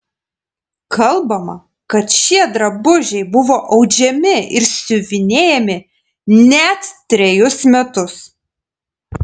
kalbama kad šie drabužiai buvo audžiami ir siuvinėjami net trejus metus